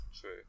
true